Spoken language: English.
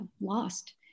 lost